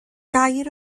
gair